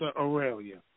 Aurelia